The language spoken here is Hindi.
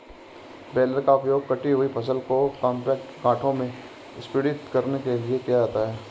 बेलर का उपयोग कटी हुई फसल को कॉम्पैक्ट गांठों में संपीड़ित करने के लिए किया जाता है